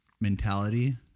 mentality